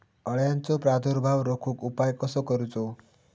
अळ्यांचो प्रादुर्भाव रोखुक उपाय कसो करूचो?